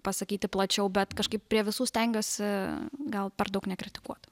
pasakyti plačiau bet kažkaip prie visų stengiuosi gal per daug nekritikuot